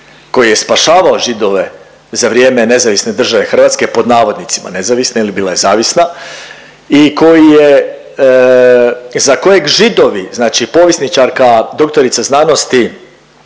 koji je spašavao Židove za vrijeme NDH pod navodnicima nezavisne jer bila je zavisna i koji je za kojeg Židovi, znači povjesničarka doktorica znanosti